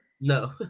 No